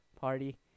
party